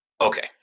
Okay